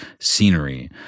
scenery